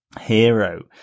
hero